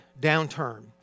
downturn